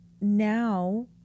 now